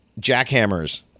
jackhammers